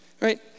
Right